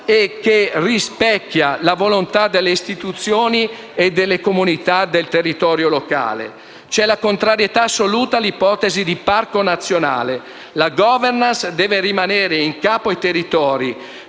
che rispecchia la volontà delle istituzioni e delle comunità del territorio locale. C'è la contrarietà assoluta all'ipotesi di parco nazionale: la *governance* deve rimanere in capo ai territori.